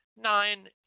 Nine